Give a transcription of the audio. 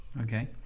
Okay